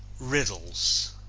riddles